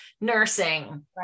nursing